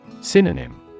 Synonym